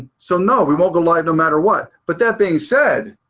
so no, we won't go live no matter what. but that being said,